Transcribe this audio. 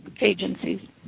agencies